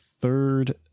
third